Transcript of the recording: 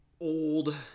Old